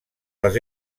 les